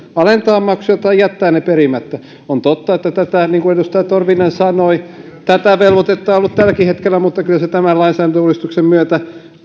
alentaa maksuja tai jättää ne perimättä on totta niin kuin edustaja torvinen sanoi että tätä velvoitetta on ollut tälläkin hetkellä mutta kyllä se tämän lainsäädäntöuudistuksen myötä